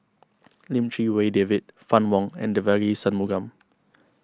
Lim Chee Wai David Fann Wong and Devagi Sanmugam